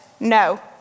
No